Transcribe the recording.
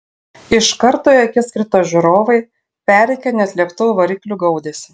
iš karto į akis krito žiūrovai perrėkę net lėktuvų variklių gaudesį